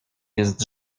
jest